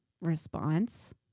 response